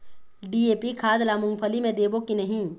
DAP खाद ला मुंगफली मे देबो की नहीं?